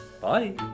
bye